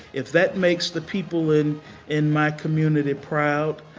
if that makes the people in in my community proud,